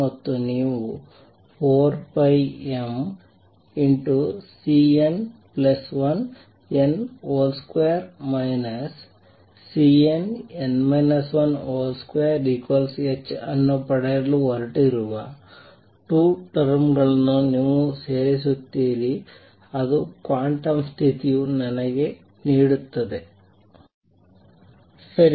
ಮತ್ತು ನೀವು 4πm|Cn1n |2 |Cnn 1 |2h ಅನ್ನು ಪಡೆಯಲು ಹೊರಟಿರುವ 2 ಟರ್ಮ್ ಗಳನ್ನು ನೀವು ಸೇರಿಸುತ್ತೀರಿ ಅದು ಕ್ವಾಂಟಮ್ ಸ್ಥಿತಿಯು ನನಗೆ ನೀಡುತ್ತದೆ ಸರಿ